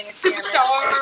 superstar